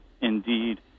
Indeed